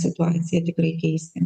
situacija tikrai keisti